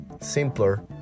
simpler